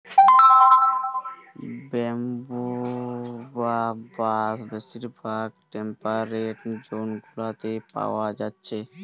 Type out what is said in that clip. bamboo বা বাঁশ বেশিরভাগ টেম্পেরেট জোন গুলাতে পায়া যাচ্ছে